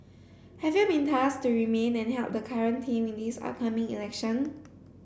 have you been tasked to remain and help the current team in this upcoming election